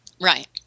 Right